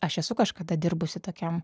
aš esu kažkada dirbusi tokiam